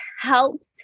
helped